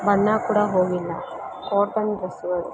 ಬಣ್ಣ ಕೂಡ ಹೋಗಿಲ್ಲ ಕಾಟನ್ ಡ್ರೆಸ್ಸುಗಳು